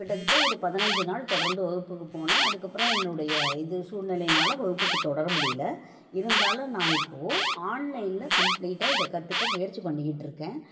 கிட்டத்தட்ட ஒரு பதினைஞ்சு நாள் தொடர்ந்து வகுப்புக்கு போனேன் அதுக்கப்புறம் என்னுடைய இது சூழ்நிலையினால் வகுப்புக்கு தொடர முடியல இருந்தாலும் நான் இப்போது ஆன்லைனில் கம்ப்ளீட்டாக இதை கற்றுக்க முயற்சி பண்ணிக்கிட்டுருக்கேன்